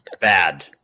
bad